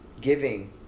giving